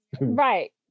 Right